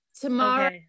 Tomorrow